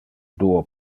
duo